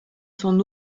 son